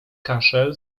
kaszel